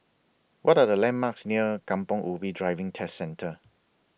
What Are The landmarks near Kampong Ubi Driving Test Centre